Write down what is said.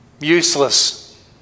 Useless